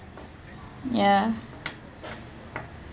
ya